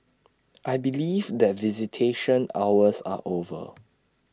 I believe that visitation hours are over